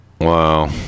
Wow